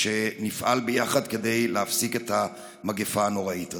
שנפעל ביחד כדי להפסיק את המגפה הנוראית הזו.